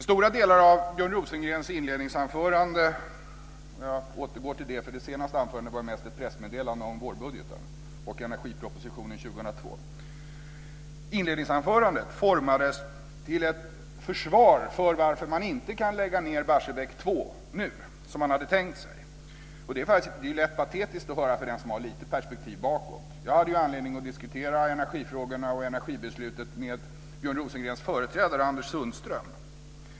Stora delar av Björn Rosengrens inledningsanförande - jag återgår till det, för det senaste anförandet var mest ett pressmeddelande om vårbudgeten och energipropositionen 2002 - var utformade som ett försvar för att man inte kan lägga ned Barsebäck 2, som man hade tänkt sig. Det är lätt patetiskt att höra för den som har lite perspektiv bakåt. Jag hade anledning att diskutera energifrågorna och energibeslutet med Björn Rosengrens företrädare Anders Sundström.